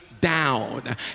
down